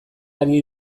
ari